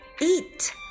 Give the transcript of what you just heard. Eat